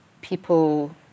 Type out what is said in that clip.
people